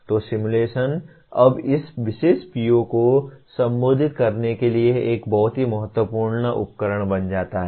तो सिमुलेशन अब इस विशेष PO को संबोधित करने के लिए एक बहुत ही महत्वपूर्ण उपकरण बन जाता है